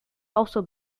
also